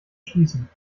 schließen